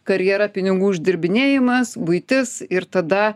karjera pinigų uždirbinėjamas buitis ir tada